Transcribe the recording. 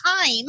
time